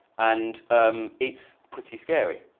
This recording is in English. and it's pretty scary.